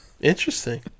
Interesting